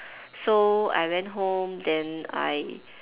so I went home then I